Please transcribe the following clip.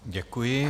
Děkuji.